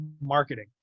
marketing